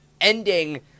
ending